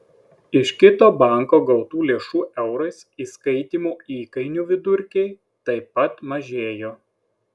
iš kito banko gautų lėšų eurais įskaitymo įkainių vidurkiai taip pat mažėjo